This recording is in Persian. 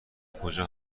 کجا